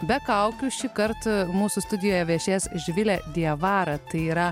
be kaukių šįkart mūsų studijoje viešės živilė diavara tai yra